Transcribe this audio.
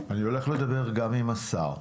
אני הולך לדבר גם עם השר.